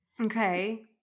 Okay